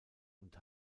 und